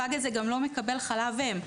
הפג הזה גם לא מקבל חלב אם.